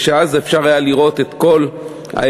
שאז אפשר היה לראות את כל ההיבטים,